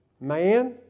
man